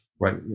right